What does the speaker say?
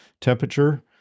temperature